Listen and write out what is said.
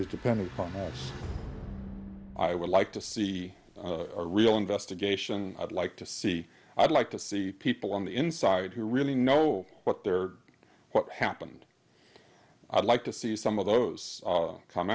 is depending on us i would like to see a real investigation i'd like to see i'd like to see people on the inside who really know what their what happened i'd like to see some of those come